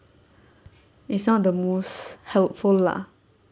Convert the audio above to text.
it's not the most helpful lah